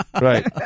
right